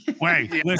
Wait